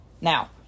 Now